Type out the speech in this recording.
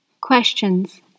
Questions